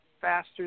faster